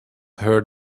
heard